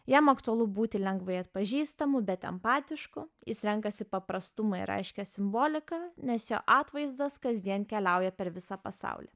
jam aktualu būti lengvai atpažįstamu bet empatišku jis renkasi paprastumą ir aiškia simbolika nes jo atvaizdas kasdien keliauja per visą pasaulį